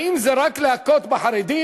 האם זה רק להכות בחרדים?